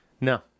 no